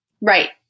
Right